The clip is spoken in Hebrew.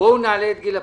בואו נעלה את גיל הפרישה,